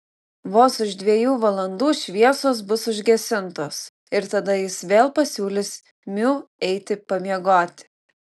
vos už dviejų valandų šviesos bus užgesintos ir tada jis vėl pasiūlys miu eiti pamiegoti